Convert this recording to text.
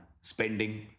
spending